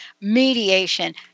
mediation